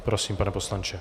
Prosím, pane poslanče.